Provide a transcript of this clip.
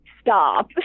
stop